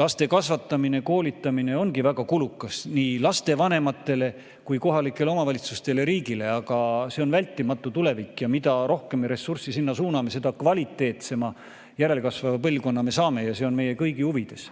laste kasvatamine, koolitamine ongi väga kulukas nii lastevanematele kui kohalikele omavalitsustele ja riigile, aga see on vältimatu tulevik ja mida rohkem me ressurssi sinna suuname, seda kvaliteetsema järelkasvava põlvkonna me saame ja see on meie kõigi huvides.